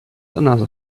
another